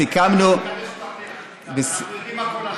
אנחנו יודעים הכול עליך.